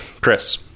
Chris